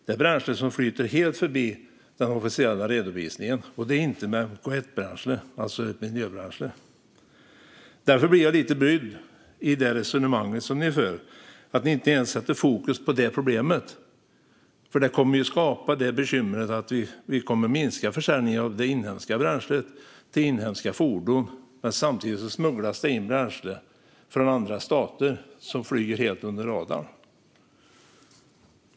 Det är bränsle som flyter helt förbi den officiella redovisningen, och det är inte MK1-bränsle, alltså miljöbränsle. Därför blir jag lite brydd över att ni i det resonemang ni för inte sätter fokus på detta problem. Det kommer att skapa bekymret att försäljningen av inhemskt bränsle till inhemska fordon minskar samtidigt som bränsle från andra stater smugglas in och flyger helt under radarn.